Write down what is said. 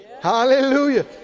Hallelujah